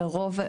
לרוב,